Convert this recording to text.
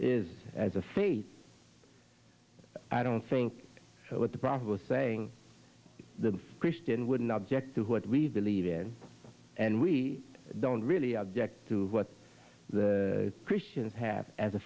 is as a faith i don't think what the problem was saying the christian wouldn't object to what we believe in and we don't really object to what the christians have as a